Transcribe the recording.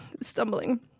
stumbling